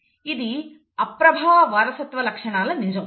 ఇది అప్రభావ వారసత్వ లక్షణాల నిజం